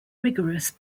rigorous